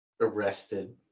arrested